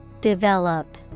Develop